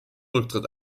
rücktritt